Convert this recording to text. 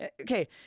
okay